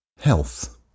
health